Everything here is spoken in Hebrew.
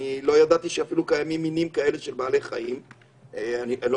אפילו לא ידעתי שקיימים מינים כאלו של בעלי חיים.